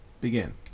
begin